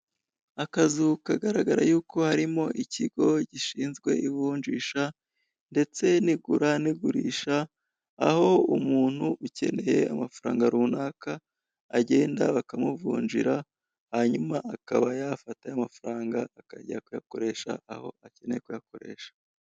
Akazu kagaragara yuko harimo ikigo gishinzwe ivunjisha ndetse n'igura n'igurisha, aho umuntu ukeneye amafaranga runaka agenda bakamuvunjira hanyuma akaba yafata yamafaranga akajya kuyakoresha aho akeneye kuyakoresha.